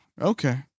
Okay